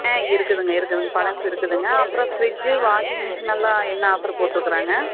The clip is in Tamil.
ஆ இருக்குதுங்க இருக்குதுங்க பழசு இருக்குதுங்க அப்புறம் ஃபிரிட்ஜ்ஜூ வாஷிங் மெஷின் எல்லாம் என்ன ஆஃபர் போட்டுருக்காங்க